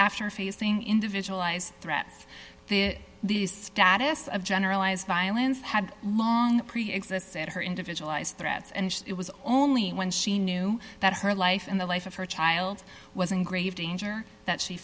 after facing individualize threats these status of generalized by allan's had long preexists at her individualized threats and it was only when she knew that her life and the life of her child was in grave danger that she